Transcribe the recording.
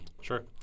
Sure